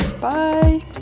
Bye